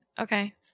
Okay